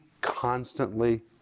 constantly